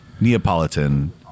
neapolitan